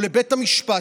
או לבית המשפט,